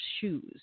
shoes